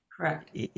Correct